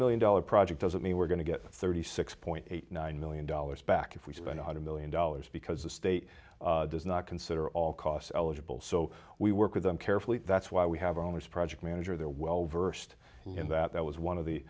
million dollars project does that mean we're going to get thirty six point eight nine million dollars back if we spent one hundred million dollars because the state does not consider all costs eligible so we work with them carefully that's why we have owners project manager they're well versed in that that was one of the